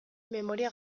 memoria